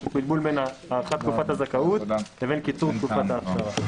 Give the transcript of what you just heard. יש בלבול בין הארכת תקופת הזכאות לבין קיצור תקופת האכשרה.